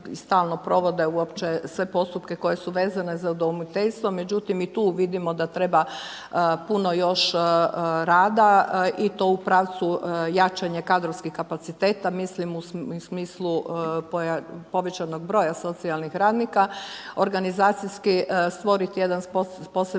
i stalno provode uopće sve postupke koje su vezane za udomiteljstvo. Međutim, i tu vidimo da treba puno još rada i to u pravcu jačanja kadrovskih kapaciteta, mislim u smislu povećanog broja socijalnih radnika, organizacijski stvoriti radnika,